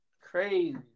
Crazy